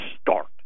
start